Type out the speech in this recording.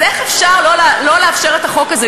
אז איך אפשר לא לאפשר את החוק הזה?